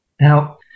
Now